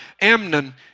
Amnon